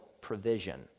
provision